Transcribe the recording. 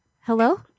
Hello